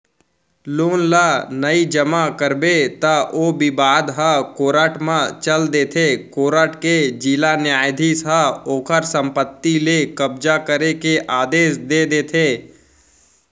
loan ल नइ जमा करबे त ओ बिबाद ह कोरट म चल देथे कोरट के जिला न्यायधीस ह ओखर संपत्ति ले कब्जा करे के आदेस दे देथे